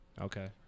Okay